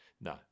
No